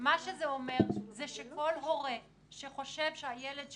זה אומר שכל הורה שחושב שהילד שלו,